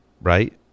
Right